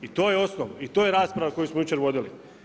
I to je osnov i to je rasprava koju smo jučer vodili.